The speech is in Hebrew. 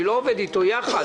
אני לא עובד איתו יחד,